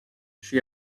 she